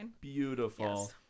Beautiful